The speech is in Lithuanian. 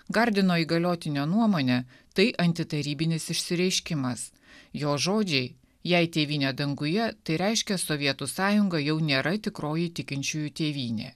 gardino įgaliotinio nuomone tai antitarybinis išsireiškimas jo žodžiai jei tėvynė danguje tai reiškia sovietų sąjunga jau nėra tikroji tikinčiųjų tėvynė